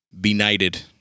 Benighted